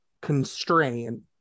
constrain